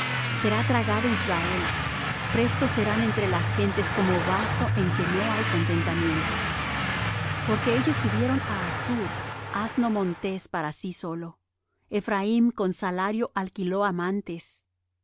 será tragado israel presto serán entre las gentes como vaso en que no hay contentamiento porque ellos subieron á assur asno montés para sí solo ephraim con salario alquiló amantes